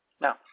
Now